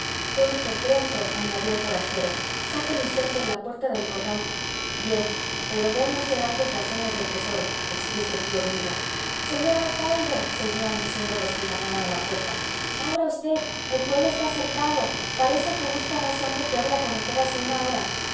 pronto pronto añadió el forastero sáqueme usted por la puerta del corral bien pero déme usted antes las señas del tesoro expuso el tío hormiga señor alcalde seguían diciendo los que llamaban a la puerta abra usted el pueblo está cercado parece que buscan a ese hombre que habla con usted hace una hora